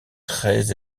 très